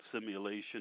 simulation